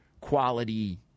quality